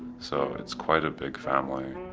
so it's quite a big family.